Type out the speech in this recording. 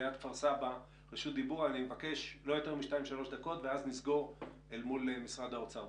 כפר סבא רשות דיבור ואז נסגור אל מול משרד האוצר.